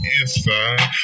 inside